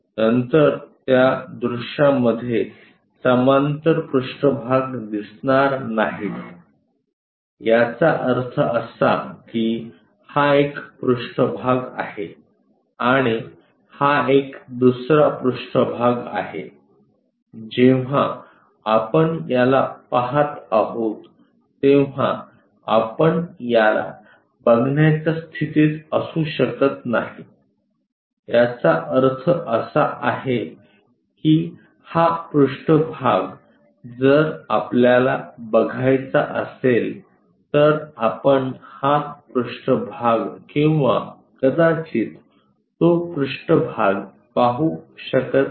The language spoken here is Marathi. नंतर त्या दृश्यामध्ये समांतर पृष्ठभाग दिसणार नाहीत याचा अर्थ असा की हा एक पृष्ठभाग आहे आणि हा एक दुसरा पृष्ठभाग आहे जेव्हा आपण याला पाहत आहोत तेव्हा आपण त्याला बघण्याच्या स्थितीत असू शकत नाही याचा अर्थ असा की हा पृष्ठभाग जर आपल्याला बघायचा असेल तर आपण हा पृष्ठभाग किंवा कदाचित तो पृष्ठभाग पाहू शकत नाही